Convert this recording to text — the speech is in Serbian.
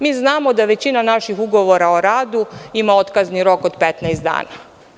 Mi znamo da većina naših ugovora o radu ima otkazni rok od 15 dana.